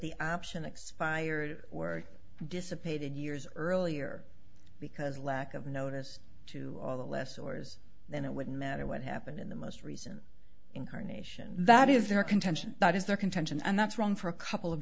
the option expired or dissipated years earlier because of lack of notice to the less orders then it wouldn't matter what happened in the most recent incarnation that is their contention that is their contention and that's wrong for a couple of